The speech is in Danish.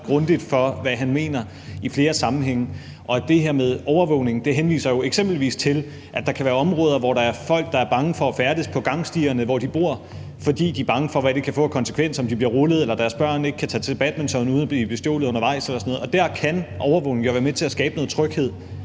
grundigt for, hvad han mener. Det her med overvågning henviser jo eksempelvis til, at der kan være områder, hvor der er folk, der er bange for at færdes på gangstierne, hvor de bor, fordi de er bange for, hvad det kan få af konsekvenser – f.eks. at de bliver rullet, eller at deres børn ikke kan tage til badminton uden at blive bestjålet undervejs og sådan noget – og der kan overvågning være med til at skabe noget tryghed